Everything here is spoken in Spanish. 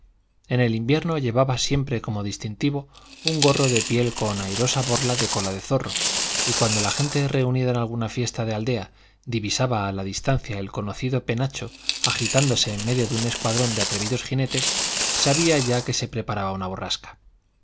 en el invierno llevaba siempre como distintivo un gorro de piel con airosa borla de cola de zorro y cuando la gente reunida en alguna fiesta de aldea divisaba a la distancia el conocido penacho agitándose en medio de un escuadrón de atrevidos jinetes sabía ya que se preparaba una borrasca